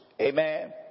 Amen